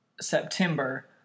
September